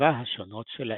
הכתיבה השונות שלהם.